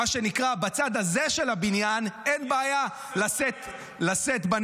מה שנקרא, בצד הזה של הבניין אין בעיה לשאת בנטל.